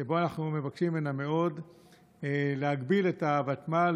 ובו אנחנו מבקשים ממנה מאוד להגביל את הוותמ"ל